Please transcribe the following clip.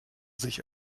sich